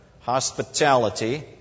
Hospitality